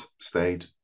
stayed